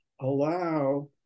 allow